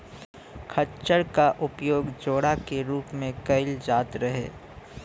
खच्चर क उपयोग जोड़ा के रूप में कैईल जात रहे